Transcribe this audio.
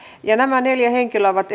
ja nämä neljä henkilöä ovat